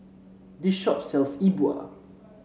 this shop sells E Bua